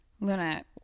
Luna